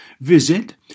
Visit